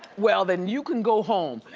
well then you can go home.